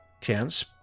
tense